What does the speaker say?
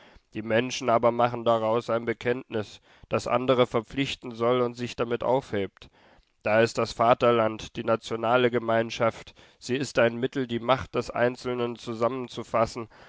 die menschen aber machen daraus ein bekenntnis das andre verpflichten soll und sich damit aufhebt da ist das vaterland die nationale gemeinschaft sie ist ein mittel die macht des einzelnen zusammenzufassen